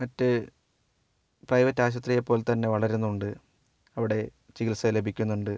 മറ്റ് പ്രൈവറ്റ് ആശുപത്രിയെ പോലെത്തന്നെ വളരുന്നുണ്ട് അവിടെ ചികിത്സ ലഭിക്കുന്നുണ്ട്